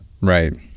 right